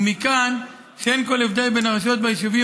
ומכאן שאין כל הבדל בין הרשויות והיישובים